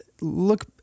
look